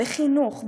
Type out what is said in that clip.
בחינוך,